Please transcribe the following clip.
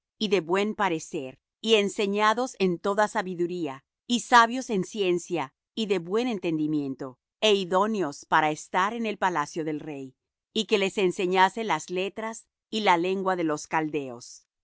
y de buen parecer y enseñados en toda sabiduría y sabios en ciencia y de buen entendimiento é idóneos para estar en el palacio del rey y que les enseñase las letras y la lengua de los caldeos